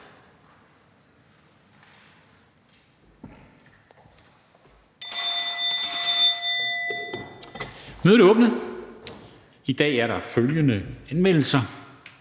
Mødet er åbnet: I dag er der følgende anmeldelser: